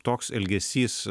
toks elgesys